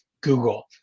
Google